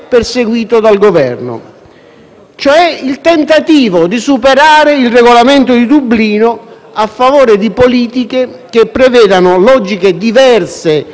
a favore di politiche che prevedano logiche diverse di distribuzione a livello europeo dei migranti. Questo è condivisibile e legittimo,